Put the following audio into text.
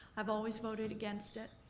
i've always voted against it.